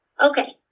okay